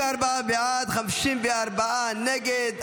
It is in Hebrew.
34 בעד, 54 נגד.